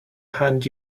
haunt